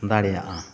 ᱫᱟᱲᱮᱭᱟᱜᱼᱟ